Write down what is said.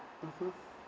mmhmm